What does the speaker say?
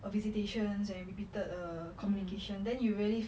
a visitations and repeated err communication then you really